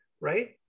right